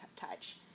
touch